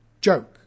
Joke